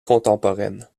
contemporaine